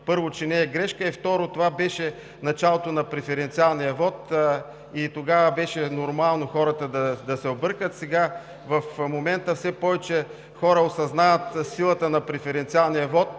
първо, че не е грешка. И, второ, това беше началото на преференциалния вот и тогава беше нормално хората да се объркат. Сега в момента все повече хора осъзнават силата на преференциалния вот